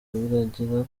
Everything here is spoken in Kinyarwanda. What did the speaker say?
birangira